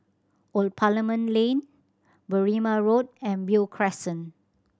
Old Parliament Lane Berrima Road and Beo Crescent